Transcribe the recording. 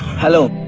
hello,